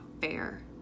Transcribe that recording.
fair